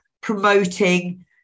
promoting